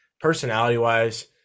personality-wise